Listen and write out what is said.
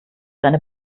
seine